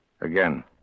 Again